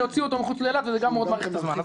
שהוציאו אותו מחוץ לאילת וזה גם מאוד מאריך את הזמן.